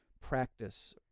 practice